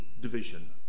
division